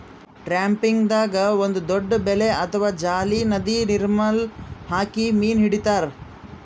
ಟ್ರಾಪಿಂಗ್ದಾಗ್ ಒಂದ್ ದೊಡ್ಡ್ ಬಲೆ ಅಥವಾ ಜಾಲಿ ನದಿ ನೀರ್ಮೆಲ್ ಹಾಕಿ ಮೀನ್ ಹಿಡಿತಾರ್